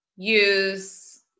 use